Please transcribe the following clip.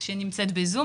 היא ב-זום.